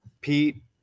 Pete